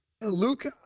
Luke